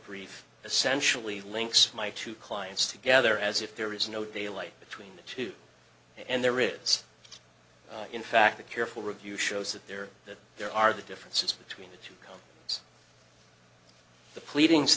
brief essentially links my two clients together as if there is no daylight between the two and there is in fact a careful review shows that there that there are the differences between the two the pleading